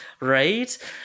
Right